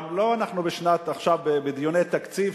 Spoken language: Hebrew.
גם אנחנו עכשיו לא בדיוני תקציב,